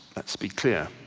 let's be clear.